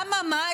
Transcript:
אממה,